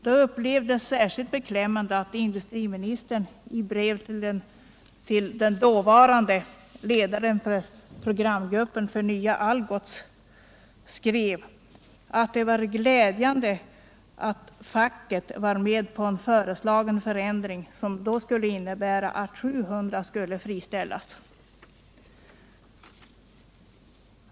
Då upplevdes det särskilt beklämmande att industriministern i brev till den dåvarande ledaren för programgruppen för nya Algots skrev att det var glädjande att facket var med på en föreslagen förändring som skulle innebära att 700 anställda skulle komma att friställas.